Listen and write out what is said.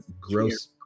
gross